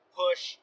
push